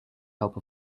help